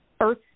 earth